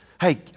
Hey